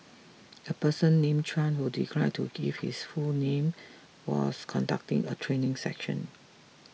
a person named Chuan who declined to give his full name was conducting a training session